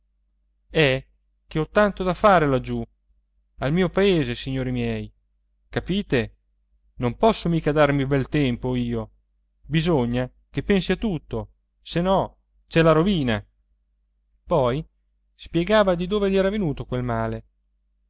è che ho tanto da fare laggiù al mio paese signori miei capite non posso mica darmi bel tempo io bisogna che pensi a tutto se no c'è la rovina poi spiegava di dove gli era venuto quel male